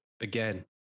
again